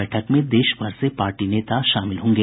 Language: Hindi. बैठक में देश भर से पार्टी नेता शामिल होंगे